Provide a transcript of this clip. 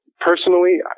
Personally